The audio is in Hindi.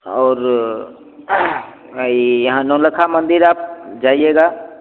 और यहाँ नवलखा मंदिर आप जाइएगा